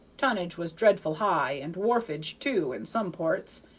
tonnage was dreadful high and wharfage too, in some ports,